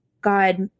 God